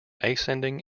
ascending